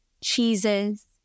cheeses